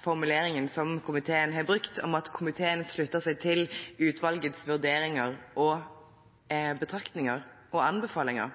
formuleringen som komiteen har brukt, om at komiteen slutter seg til utvalgets vurderinger, betraktninger og anbefalinger,